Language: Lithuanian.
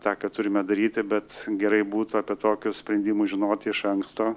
tą ką turime daryti bet gerai būtų apie tokius sprendimus žinoti iš anksto